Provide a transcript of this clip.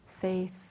Faith